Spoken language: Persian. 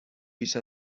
بیش